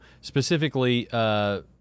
specifically